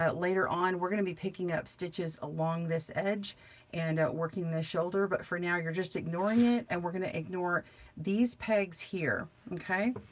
ah later on, we're gonna be picking up stitches along this edge and working the shoulder, but for now you're just ignoring it, and we're gonna ignore these pegs here, okay?